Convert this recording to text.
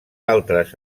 altres